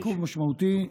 עיכוב משמעותי.